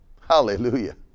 Hallelujah